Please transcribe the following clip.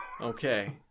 Okay